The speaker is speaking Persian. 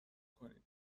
کنید